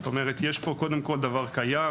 זאת אומרת יש פה קודם כל דבר קיים,